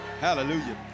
hallelujah